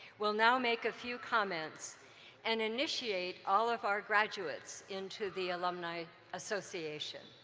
will now make a few comments and initiate all of our graduates into the alumni association.